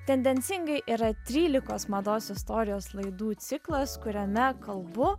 tendencingai yra trylikos mados istorijos laidų ciklas kuriame kalbu